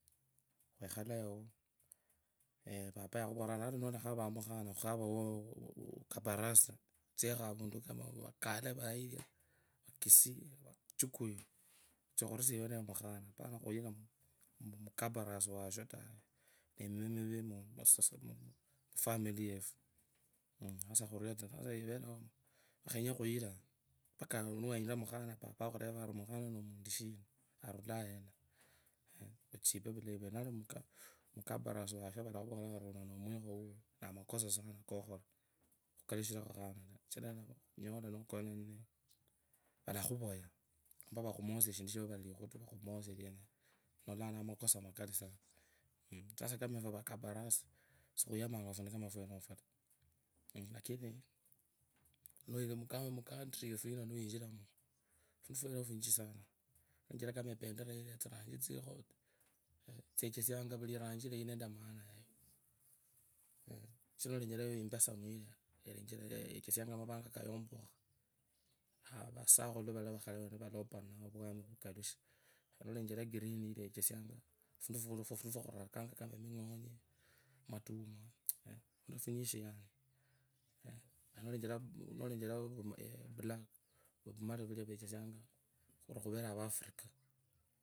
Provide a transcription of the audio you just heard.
Khuekhala yao, papa yakhuvorera ari, ata nolakhavanga mukhana, kukhavaa mukabarasi otsekho avundu unti vakalee vayilia, vikisii vachukuyu, olatsa khurusia iweneyo mukhana, pana khuyira mmh, mukabarasi washo taa, nemima miri mufali yefu, sasa khurio tsa sasa ivereo niwakhanya khuyira, mpaka niwenyire mukhana, papa akuvere ari mukhana nomuntu shina? Arulaye yena? Omuchipe vulayi vwene, nalimukabarasi washo, valakhuvorera vari uno nomwikho, nawakosoo muukuu, khukarushirakho khandi taa kachira nokona ninaye, valakhavuya, nomba, vukhumwosie shindu shiwo, valanganga vari elikhutu, vakhuma osie ienelio ulalolaa ni makoso makari sana sasa kama efwe, vakabarasi sikhwiyama afundu kama fwonefwo taa, lakini noyira muka. Mucountry muno, niwinjiramo fundi fuwo funyinji sana, nolenjera kama ependera, tsiranji tsikho tsechesianga vuri eranji, inendee maana yeyoo, norenjera impesemu iyo yechezianga, mavanga kayompokha kuvaa vasakhulu varekho khalee wenee vaponia ovwami vukalushe nolechera green, ilechevianga fundu fu. Fwakhurakanga, kama, mingonye motuma, fundu funyinji yani, nolenjera nolenjera, vumali vulia vwechesianga vuri khuvere avafurika.